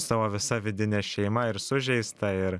savo visa vidine šeima ir sužeista ir